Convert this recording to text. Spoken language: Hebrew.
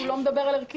הוא לא מדבר על הרכב,